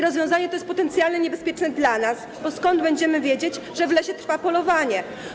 Rozwiązanie to jest potencjalnie niebezpieczne dla nas, bo skąd będziemy wiedzieć, że w lesie trwa polowanie.